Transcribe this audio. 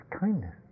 kindness